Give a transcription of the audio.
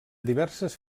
diverses